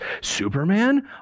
Superman